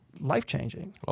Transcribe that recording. life-changing